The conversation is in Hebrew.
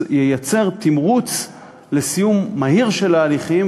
ייצר תמרוץ לסיום מהיר של ההליכים,